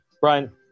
Brian